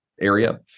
area